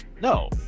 No